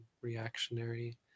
reactionary